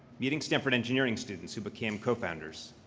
meeting stanford engineering students who became co-founders.